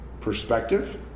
perspective